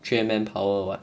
缺 manpower [what]